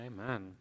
Amen